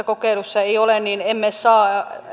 kokeilussa ole näin emme saa